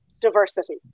diversity